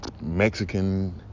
Mexican